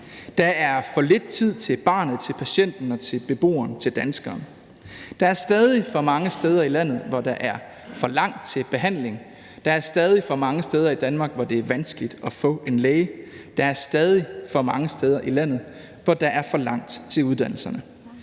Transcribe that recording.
Der er for lidt tid til barnet, til patienten og til beboeren – til danskeren. Der er stadig for mange steder i landet, hvor der er for langt til behandling. Der er stadig for mange steder i Danmark, hvor det er vanskeligt at få en læge. Der er stadig for mange steder i landet, hvor der er for langt til uddannelserne.